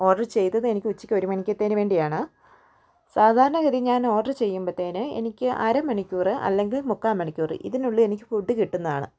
order ചെയ്തത് എനിക്ക് ഉച്ചക്ക് ഒരു മണിക്കത്തേന് വേണ്ടിയാണ് സാധാരണഗതിയിൽ ഞാൻ ഓർഡർ ചെയുമ്പത്തേന് എനിക്ക് അര മണിക്കൂറ് അല്ലങ്കിൽ മുക്കാൽ മണിക്കൂറ് ഇതിനുള്ളിൽ എനിക്ക് ഫുഡ് കിട്ടുന്നതാണ്